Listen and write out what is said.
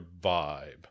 vibe